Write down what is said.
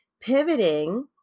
pivoting